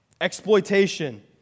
Exploitation